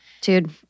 dude